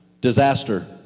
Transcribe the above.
disaster